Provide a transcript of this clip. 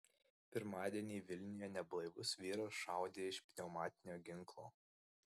pirmadienį vilniuje neblaivus vyras šaudė iš pneumatinio ginklo